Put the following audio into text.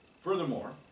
Furthermore